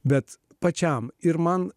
bet pačiam ir man